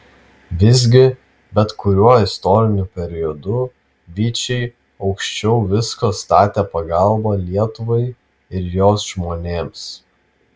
visgi bet kuriuo istoriniu periodu vyčiai aukščiau visko statė pagalbą lietuvai ir jos žmonėms